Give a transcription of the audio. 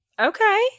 Okay